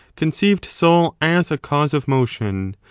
conceived soul as a cause of motion,